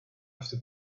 after